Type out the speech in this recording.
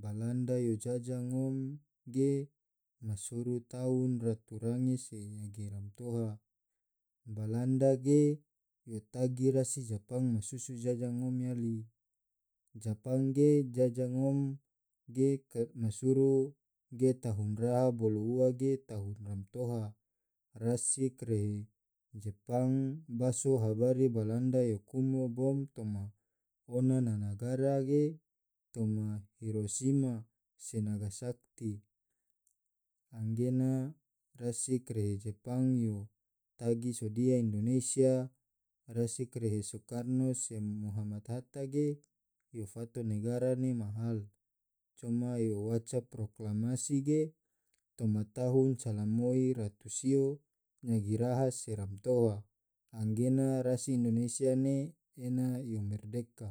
balanda yo jajah ngom ge masuru tahun ratu range se nyage ramtoha, balanda ge yo tagi rasi japang masusu jajah ngom yali, japang ge jajah ngom ge masuru ge tahun raha bolo ua ge tahun romtoha, rasi karehe jepang baso habari balanda yo kumo bom toma ona na nagara ge toma hirosima se nagasaki, anggena rasi karehe japang tagi sodia indonesia, rasi karehe soekarno se mohammad hatta ge yo fato negara ne ma hal sema yo waca proklamasi ge toma tahun cala moi ratu sio nyagi raha se ramtoha anggena rasi indonesia ne ena yo merdeka.